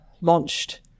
launched